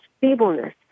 feebleness